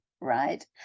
right